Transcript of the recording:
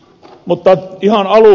mutta ihan aluksi